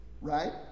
Right